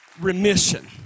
remission